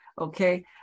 okay